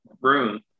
room